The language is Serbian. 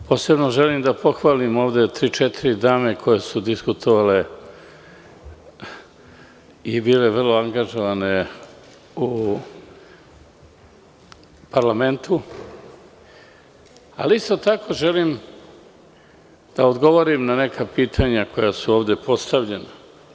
Posebno želim da pohvalim ovde tri, četiri dame koje su diskutovale i bile vrlo angažovane u parlamentu, ali isto tako želim da odgovorim na neka pitanja koja su ovde postavljena.